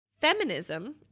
Feminism